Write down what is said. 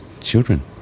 children